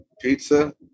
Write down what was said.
pizza